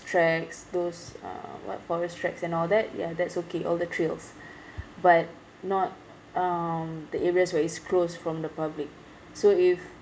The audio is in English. tracks those uh what forest tracks and all that yeah that's okay all the trails but not um the areas where it's closed from the public so if